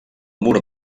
mur